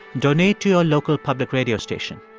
donate to your local public radio station.